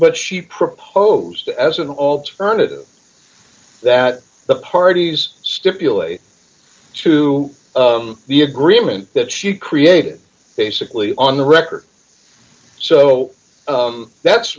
what she proposed as an alternative that the parties stipulate to the agreement that she created basically on the record so that's